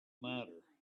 matter